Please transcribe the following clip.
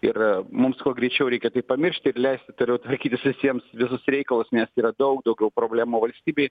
ir mums kuo greičiau reikia tai pamiršti ir leisti toliau tvarkytis visiems visus reikalus nes yra daug daugiau problemų valstybėj